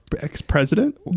ex-president